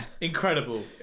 Incredible